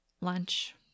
lunch